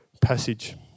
passage